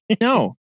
No